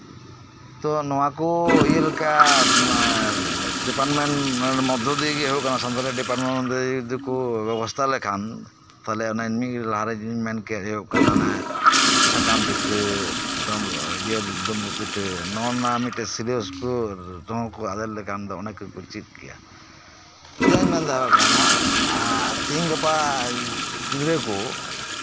ᱛᱚ ᱱᱚᱶᱟ ᱠᱚ ᱤᱭᱟᱹᱞᱮᱠᱟ ᱰᱤᱯᱟᱨᱴᱢᱮᱱᱴ ᱢᱚᱫᱽᱫᱷᱚ ᱫᱤᱭᱮ ᱜᱮ ᱦᱩᱭᱩᱜ ᱠᱟᱱᱟ ᱥᱟᱱᱛᱟᱲᱤ ᱰᱤᱯᱟᱨᱴᱢᱮᱴ ᱡᱩᱫᱤ ᱠᱚ ᱵᱮᱵᱚᱥᱛᱷᱟ ᱞᱮᱠᱷᱟᱱ ᱛᱟᱞᱦᱮ ᱚᱱᱮ ᱢᱤᱫ ᱜᱷᱟᱹᱲᱤᱡ ᱞᱟᱦᱟ ᱨᱤᱧ ᱢᱮᱱ ᱠᱮᱫ ᱦᱩᱭᱩᱜ ᱠᱟᱱᱟ ᱚᱱᱮ ᱥᱟᱠᱟᱢ ᱯᱤᱴᱷᱟᱹ ᱰᱩᱢᱵᱩᱜ ᱯᱤᱴᱷᱟᱹ ᱱᱚᱜᱼᱚ ᱱᱚᱶᱟ ᱠᱚ ᱥᱤᱞᱮᱵᱟᱥ ᱨᱮᱠᱚ ᱟᱫᱮᱨ ᱞᱮᱠᱷᱟᱱ ᱫᱚ ᱱᱚᱶᱟ ᱠᱚᱠᱚ ᱪᱮᱫ ᱠᱮᱭᱟ ᱪᱮᱫᱟᱜ ᱤᱧ ᱢᱮᱱ ᱫᱚᱦᱚ ᱠᱟᱜ ᱠᱟᱱᱟ ᱛᱮᱦᱮᱧ ᱜᱟᱯᱟ ᱜᱤᱫᱽᱨᱟᱹ ᱠᱚ